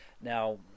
Now